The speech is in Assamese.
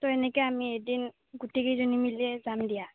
ত' এনেকৈ আমি এদিন গোটেইকেইজনী মিলি যাম দিয়া